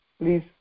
please